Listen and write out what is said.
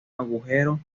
agujero